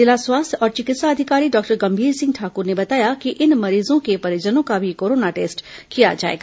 जिला स्वास्थ्य और चिकित्सा अधिकारी डॉक्टर गंभीर सिंह ठाकुर ने बताया कि इन मरीजों के परिजनों का भी कोरोना टेस्ट कराया जाएगा